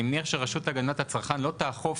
אני מניח שהרשות להגנת הצרכן לא תאכוף